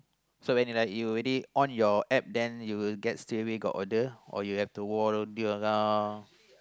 so when you like you already on your App then you get straight away got order or you will have to